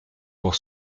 pour